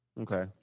Okay